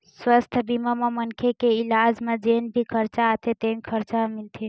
सुवास्थ बीमा म मनखे के इलाज म जेन भी खरचा आथे तेन खरचा ह मिलथे